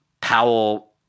Powell